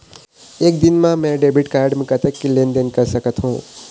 एक दिन मा मैं डेबिट कारड मे कतक के लेन देन कर सकत हो?